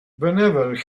whenever